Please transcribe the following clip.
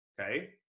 okay